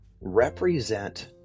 represent